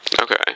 Okay